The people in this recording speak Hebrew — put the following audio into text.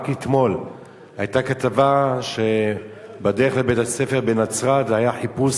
רק אתמול היתה כתבה שבדרך לבית-הספר בנצרת היה חיפוש